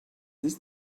this